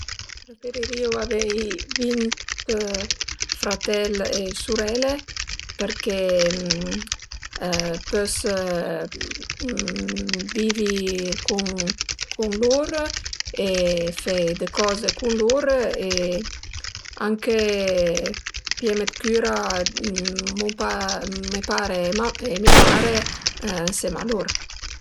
Preferirìu avei vint fratèl e surele përché pös vivi cun lur e fe dë coze cun lur e anche pieme cüra 'd mun me pare e mia mare ënsema a lur